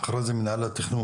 אחרי זה מינהל התכנון